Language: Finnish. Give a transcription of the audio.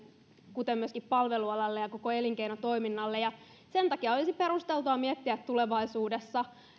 kuten myöskin palvelualalle ja koko elinkeinotoiminnalle sen takia olisi perusteltua miettiä tulevaisuudessa